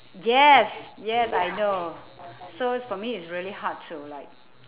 yes yes I know so it's for me it's really hard to like